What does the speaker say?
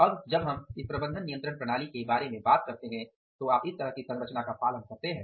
अब जब हम इस प्रबंधन नियंत्रण प्रणाली के बारे में बात करते हैं तो आप इस तरह की संरचना का पालन करते हैं